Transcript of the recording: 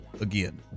again